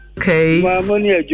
okay